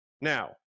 Now